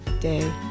day